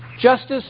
Justice